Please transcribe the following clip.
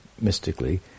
mystically